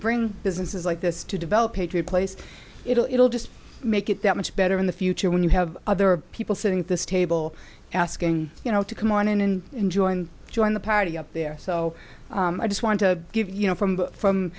bring businesses like this to develop a true place it'll it'll just make it that much better in the future when you have other people sitting at this table asking you know to come on in and enjoy and join the party up there so i just want to give you know from from